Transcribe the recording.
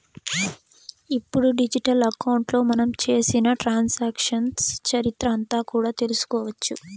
ఇప్పుడు డిజిటల్ అకౌంట్లో మనం చేసిన ట్రాన్సాక్షన్స్ చరిత్ర అంతా కూడా తెలుసుకోవచ్చు